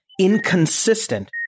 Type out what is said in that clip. inconsistent